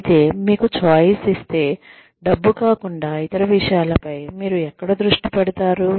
అయితే మీకు ఛాయిస్ ఇస్తే డబ్బు కాకుండా ఇతర విషయాలపై మీరు ఎక్కడ దృష్టి పెడతారు